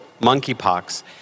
Monkeypox